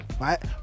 Right